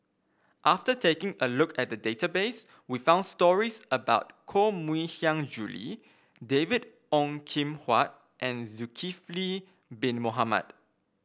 after taking a look at the database we found stories about Koh Mui Hiang Julie David Ong Kim Huat and Zulkifli Bin Mohamed